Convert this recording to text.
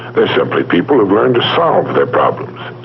they're simply people who've learned to solve their problems.